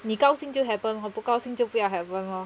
你高兴就 happen lor 不高兴就不要 happen lor